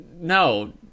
No